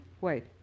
Wait